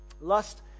Lust